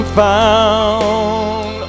found